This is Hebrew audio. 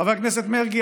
חבר הכנסת מרגי,